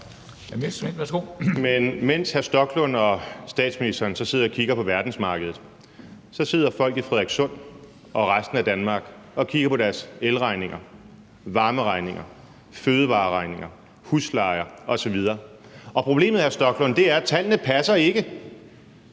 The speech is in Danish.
Men mens hr. Rasmus Stoklund og statsministeren så sidder og kigger på verdensmarkedet, sidder folk i Frederikssund og resten af Danmark og kigger på deres elregninger, varmeregninger, fødevareregninger, huslejer osv. Og problemet, hr. Rasmus Stoklund, er, at tallene ikke